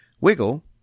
Wiggle